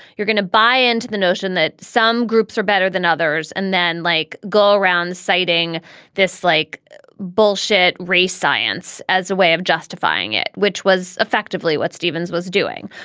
you're gonna buy into the notion that some groups are better than others. and then like go around citing this like bullshit race science as a way of justifying it, which was effectively what stevens was doing.